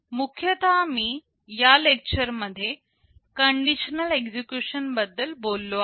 मुख्यतः मी या लेक्चर मध्ये कंडिशनल एक्झिक्युशन बद्दल बोललो आहे